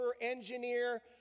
engineer